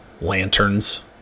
lanterns